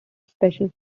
specials